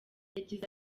yagize